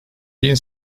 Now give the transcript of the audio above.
bin